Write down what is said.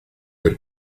per